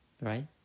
Right